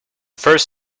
first